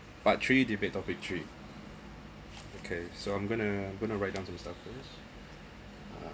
part three debate topic three okay so I'm gonna I'm gonna write down some stuff first